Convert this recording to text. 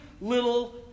little